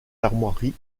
armoiries